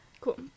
Cool